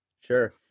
sure